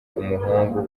n’umuhungu